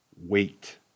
wait